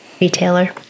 retailer